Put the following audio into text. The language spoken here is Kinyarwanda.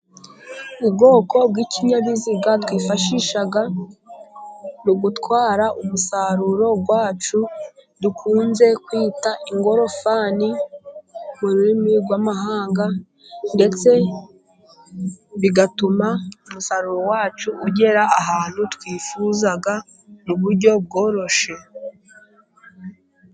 Ubwoko bw'ikinyabiziga twifashisha mugutwara umusaruro wacu, dukunze kwita ingorofani mu rurimi rw'amahanga ndetse bigatuma umusaruro wacu, ugera ahantu twifuza mu buryo bworoshye.